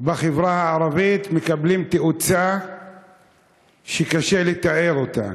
בחברה הערבית מקבלים תאוצה שקשה לתאר אותה.